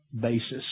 basis